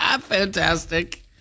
Fantastic